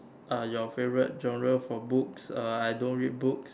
are your favourite genre for books uh I don't read books